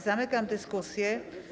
Zamykam dyskusję.